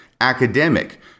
academic